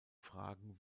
fragen